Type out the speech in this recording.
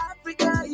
Africa